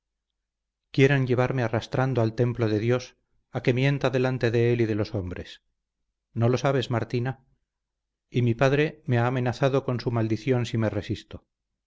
quieren llevarme arrastrando al templo de dios a que mienta delante de él y de los hombres no lo sabes martina y mi padre me ha amenazado con su maldición si me resisto